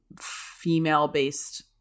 female-based